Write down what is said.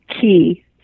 key